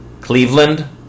Cleveland